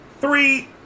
Three